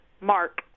Mark